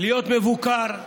להיות מבוקר,